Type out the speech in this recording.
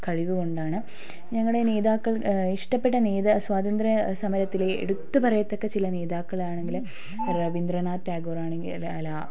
കഴിവുകൊണ്ടാണ് ഞങ്ങളുടെ നേതാക്കൾ ഇഷ്ടപ്പെട്ട നേതാ സ്വാതന്ത്ര്യ സമരത്തിലെ എടുത്തു പറയത്തക്ക ചില നേതാക്കൾ ആണെങ്കിൽ രവീന്ദ്രനാഥ ടാഗോർ ആണെങ്കിൽ അല്ല